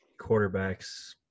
quarterbacks